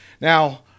Now